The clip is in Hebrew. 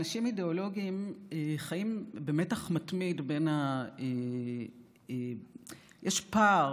אנשים אידיאולוגיים חיים במתח מתמיד בין יש פער